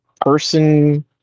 person